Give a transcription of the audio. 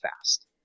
fast